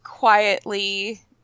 Quietly